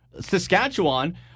Saskatchewan